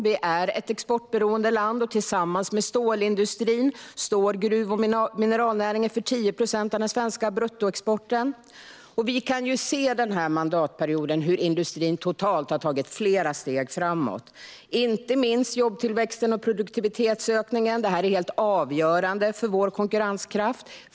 Vi är ett exportberoende land, och tillsammans med stålindustrin står gruv och mineralnäringen för 10 procent av den svenska bruttoexporten. Vi har under mandatperioden kunnat se hur industrin totalt har tagit flera steg framåt, inte minst när det gäller jobbtillväxten och produktivitetsökningen. Detta är helt avgörande för vår konkurrenskraft.